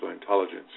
intelligence